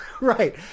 Right